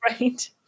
Right